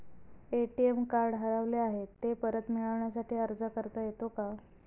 ATM card हरवले आहे, ते परत मिळण्यासाठी अर्ज करता येतो का?